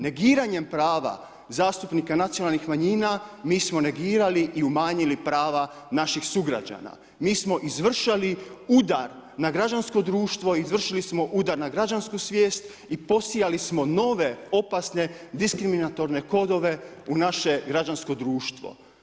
Negiranjem prava zastupnika nacionalnih manjina mi smo negirali i umanjili prava naših sugrađana, mi smo izvršili udar na građansko društvo, izvršili smo udar na građansku svijest i posijali smo nove opasne diskriminatorne kodove u naše građansko društvo.